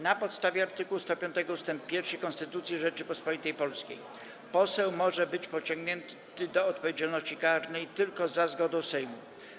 Na podstawie art. 105 ust. 1 Konstytucji Rzeczypospolitej Polskiej poseł może być pociągnięty do odpowiedzialności karnej tylko za zgodą Sejmu.